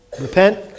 repent